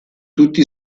tutti